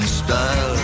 style